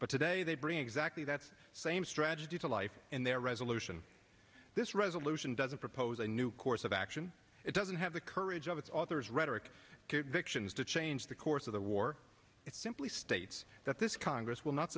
but today they bring exactly that's same strategy for life and their resolution this resolution doesn't propose a new course of action it doesn't have the courage of its authors rhetoric vixens to change the course of the war it simply states that this congress will not